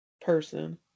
person